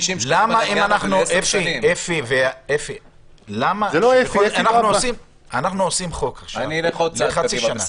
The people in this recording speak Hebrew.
--- אפי, אנחנו עושים עכשיו חוק לחצי שנה.